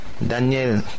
daniel